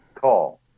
tall